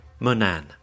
Monan